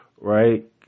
right